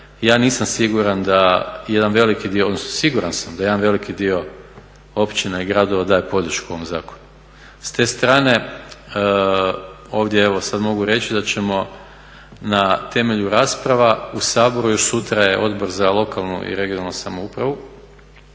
ja nisam siguran da jedan veliki dio, odnosno siguran sam da jedan veliki dio općina i gradova daje podršku ovom zakonu. S te strane ovdje evo sad mogu reći da ćemo na temelju rasprava u Saboru, još sutra je Odbor za lokalnu i regionalnu samoupravu